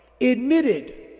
admitted